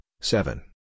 seven